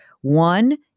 One